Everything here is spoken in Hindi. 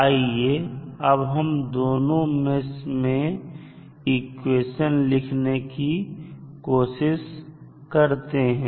आइए अब हम दोनों मेष में इक्वेशन लिखने की कोशिश करते हैं